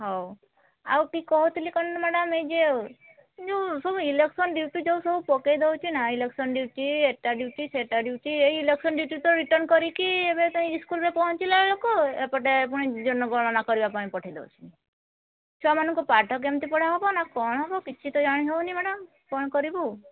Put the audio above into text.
ହେଉ ଆଉ କି କହୁଥିଲି କ'ଣ ମ୍ୟାଡ଼ାମ୍ ଏ ଯେଉଁ ଏ ଯେଉଁ ସବୁ ଇଲେକ୍ସନ୍ ଡିୟୁଟି ଯେଉଁ ସବୁ ପକେଇ ଦେଉଛିନା ଇଲେକ୍ସନ୍ ଡିୟୁଟି ଏଇଟା ଡିୟୁଟି ସେଇଟା ଡିୟୁଟି ଏଇ ଇଲେକ୍ସନ୍ ଡିୟୁଟିରୁ ତ ରିଟର୍ନ କରିକି ଏବେ ପାଇଁ ଇସ୍କୁଲରେ ପହଞ୍ଚିଲା ବେଳକୁ ଏପଟେ ଫୁଣି ଜଣଗଣନା କରିବା ପାଇଁ ପଠେଇ ଦେଉଛି ଛୁଆମାନଙ୍କୁ ପାଠ କେମିତି ପଢ଼ା ହେବ ନା କ'ଣ ହେବ କିଛି ତ ଜାଣି ହେଉନି ମ୍ୟାଡ଼ାମ୍ କ'ଣ କରିବୁ